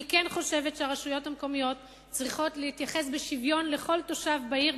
אני כן חושבת שהרשויות המקומיות צריכות להתייחס בשוויון לכל תושב בעיר,